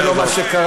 זה לא מה שקרה.